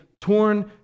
torn